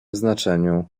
znaczeniu